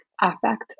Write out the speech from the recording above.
affect